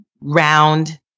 round